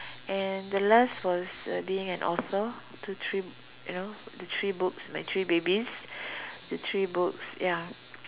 and the last was being an author to three you know to three books my three babies the three books ya